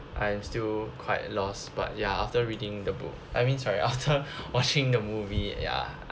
I am still quite lost but ya after reading the book I mean like after watching the movie ya